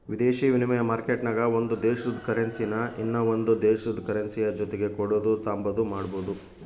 ವಿದೇಶಿ ವಿನಿಮಯ ಮಾರ್ಕೆಟ್ನಾಗ ಒಂದು ದೇಶುದ ಕರೆನ್ಸಿನಾ ಇನವಂದ್ ದೇಶುದ್ ಕರೆನ್ಸಿಯ ಜೊತಿಗೆ ಕೊಡೋದು ತಾಂಬಾದು ಮಾಡ್ಬೋದು